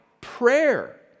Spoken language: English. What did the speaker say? prayer